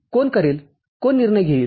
कोण करेल कोण निर्णय घेईल